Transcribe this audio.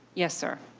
yes sir.